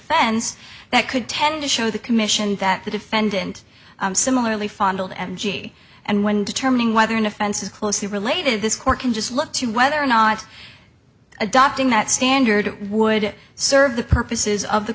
fense that could tend to show the commission that the defendant similarly fondled m j and when determining whether an offense is closely related this court can just look to whether or not adopting that standard would serve the purposes of the